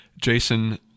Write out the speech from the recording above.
Jason